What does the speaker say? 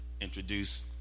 introduce